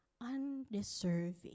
undeserving